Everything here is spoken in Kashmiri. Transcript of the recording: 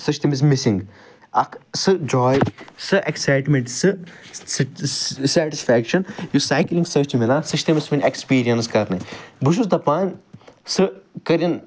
سُہ چھُ تٔمِس مِسِنٛگ اَکھ سُہ جواے سُہ ایٚکسایٹمیٚنٛٹ سُہ سُہ سیٚٹٕسفیٛکشَن یُس سایکٕلِنٛگ سۭتۍ چھُ میلان سُہ چھُ تٔمِس وُنہِ ایٚکٕسپیٖریَنٕس کَرنٔے بہٕ چھُس دَپان سُہ کٔرِنۍ